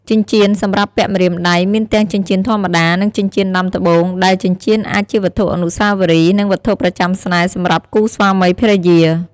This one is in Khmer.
ចិញ្ចៀន សម្រាប់ពាក់ម្រាមដៃ មានទាំងចិញ្ចៀនធម្មតា និងចិញ្ចៀនដាំត្បូង ដែលចិញ្ចៀនអាចជាវត្ថុអនុស្សាវរីយ៍ និងវត្ថុប្រចាំស្នេហ៍សម្រាប់គូស្វាមីភរិយា។